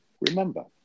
Remember